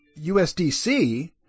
USDC